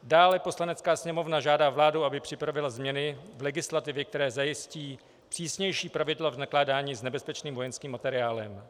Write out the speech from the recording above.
Dále, Poslanecká sněmovna žádá vládu, aby připravila změny v legislativě, které zajistí přísnější pravidla v nakládání s nebezpečným vojenským materiálem.